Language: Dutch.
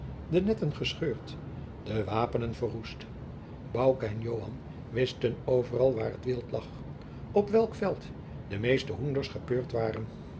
de netten gescheurd de wapenen verroest bouke en joan wisten overal waar het wild lag op welk veld de meeste hoenders gespeurd waren